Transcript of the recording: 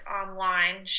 online